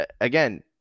again